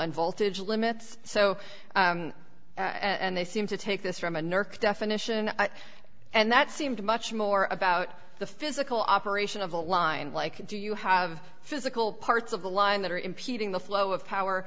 and voltage limits so and they seem to take this from a nerve definition and that seemed much more about the physical operation of a line like do you have physical parts of the line that are impeding the flow of power